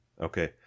Okay